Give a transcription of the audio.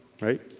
Right